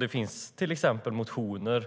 Det finns till exempel motioner,